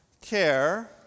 care